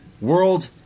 World